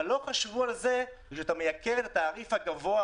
אבל לא חשבו על כך שכאשר אתה מייקר את התעריף הגבוה